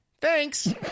Thanks